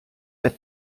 der